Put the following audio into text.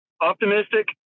optimistic